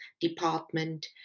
Department